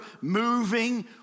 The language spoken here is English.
moving